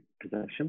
position